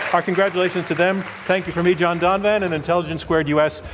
our congratulations to them. thank you from me, john donvan, and intelligence squared u. s.